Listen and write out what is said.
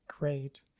Great